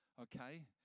okay